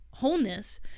wholeness